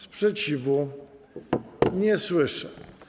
Sprzeciwu nie słyszę.